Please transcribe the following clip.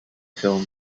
film